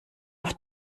auf